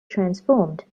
transformed